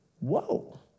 Whoa